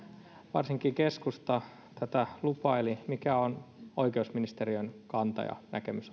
varsinkin keskusta tätä lupaili mikä on oikeusministeriön kanta ja näkemys